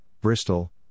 Bristol